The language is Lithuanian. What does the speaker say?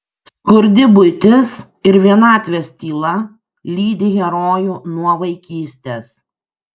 skurdi buitis ir vienatvės tyla lydi herojų nuo vaikystės